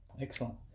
Excellent